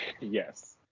Yes